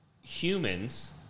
humans